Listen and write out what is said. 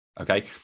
okay